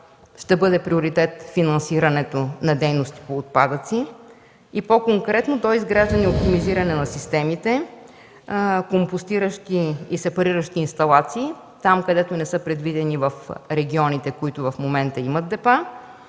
ще бъде приоритет финансирането на дейностите по отпадъци и по-конкретно доизграждане и оптимизиране на системите, компостиращи и сепариращи инсталации – там, където не са предвидени в регионите, в които в момента има депа.